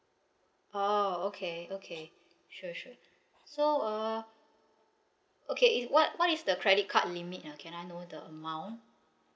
oh okay okay sure sure so uh okay if what what is the credit card limit ah can I know the amount